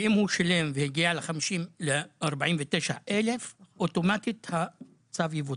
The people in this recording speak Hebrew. ואם הוא שילם והגיע ל-49,000, אוטומטית הצו יבוטל.